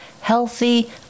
healthy